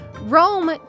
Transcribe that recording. Rome